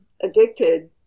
addicted